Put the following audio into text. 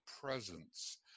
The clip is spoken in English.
presence